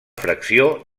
fracció